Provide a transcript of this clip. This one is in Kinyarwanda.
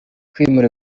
kwimura